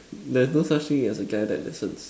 there's no such thing as a guy that listens